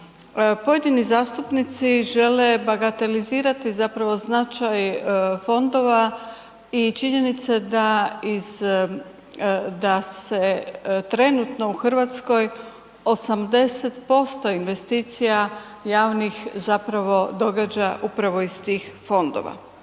pojedini zastupnici žele bagatelizirati zapravo značaj fondova i činjenice da iz, da se trenutno u Hrvatskoj 80% investicija javnih zapravo događa upravo iz tih fondova.